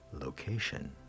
location